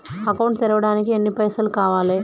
Account తెరవడానికి ఎన్ని పైసల్ కావాలే?